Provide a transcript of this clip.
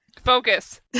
Focus